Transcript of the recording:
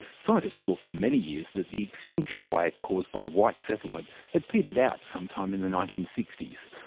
scientists thought for many years that the extinction wave caused by white settlement had petered out some time in the nineteen sixty s,